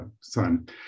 son